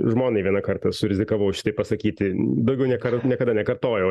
žmonai vieną kartą surizikavau šitaip pasakyti daugiau nekar niekada nekartojau